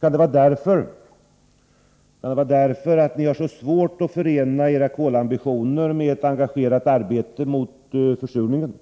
Är det därför att socialdemokraterna har svårt att förena sina kolambitioner med ett engagerat arbete mot försurningen?